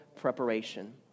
preparation